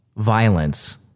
Violence